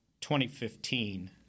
2015